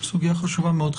סוגיה חשובה מאוד.